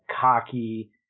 cocky